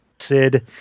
Sid